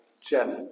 Jeff